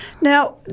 Now